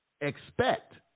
Expect